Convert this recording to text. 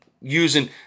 using